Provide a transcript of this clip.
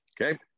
okay